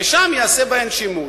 ושם ייעשה בהן שימוש.